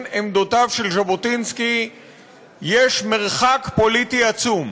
עמדותיו של ז'בוטינסקי יש מרחק פוליטי עצום.